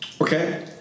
Okay